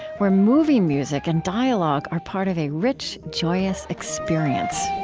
where movie music and dialogue are part of a rich, joyous experience